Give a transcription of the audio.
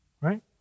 right